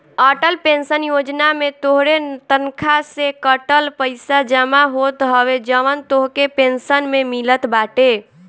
Atal pension योजना में तोहरे तनखा से कटल पईसा जमा होत हवे जवन तोहके पेंशन में मिलत बाटे